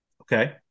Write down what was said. okay